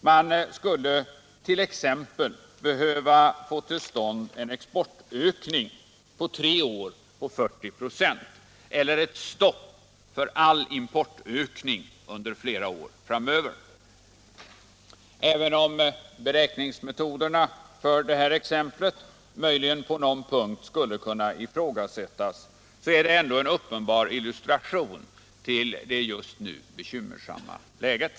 Man skulle t.ex. behöva få till stånd en exportökning på tre år på 40 96 eller ett stopp för all importökning under flera år framöver. Även om beräkningsmetoderna för detta exempel på någon punkt möjligen skulle kunna ifrågasättas, är detta ändå en uppenbar illustration till det just nu bekymmersamma läget.